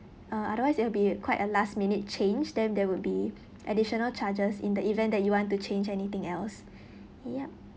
uh otherwise it will be quite a last minute change then there would be additional charges in the event that you want to change anything else yup